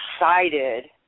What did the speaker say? excited